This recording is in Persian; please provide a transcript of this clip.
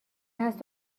هست